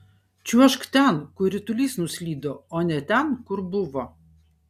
čiuožk ten kur ritulys nuslydo o ne ten kur buvo